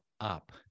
up